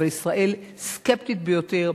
אבל ישראל סקפטית ביותר,